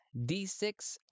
D6